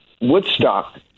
Woodstock